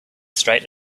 straight